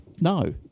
No